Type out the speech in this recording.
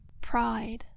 pride